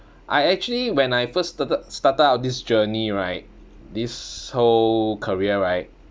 I actually when I first started started out this journey right this whole career right